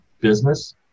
business